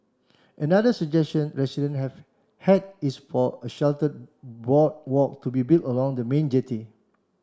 another suggestion residents have had is for a sheltered boardwalk to be built along the main jetty